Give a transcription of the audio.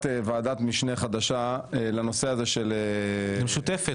ועדת משנה חדשה לנושא הזה של --- משותפת.